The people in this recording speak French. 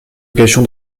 occasion